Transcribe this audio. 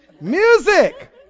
Music